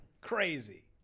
Crazy